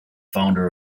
founder